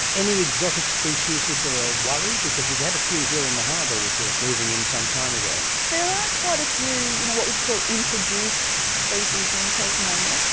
any exotic species which are a worry? because you've had a few here in the harbour which were moving in some time ago. there are quite a few you know what we'd call introduced species in tasmania,